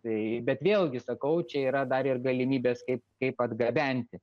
tai bet vėlgi sakau čia yra dar ir galimybės kaip kaip atgabenti